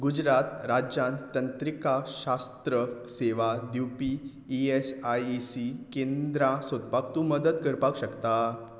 गुजरात राज्यांत तंत्रिकाशास्त्र सेवा दिवपी E S I E C केंद्रां सोदपाक तूं मदत करपाक शकता